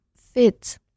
fit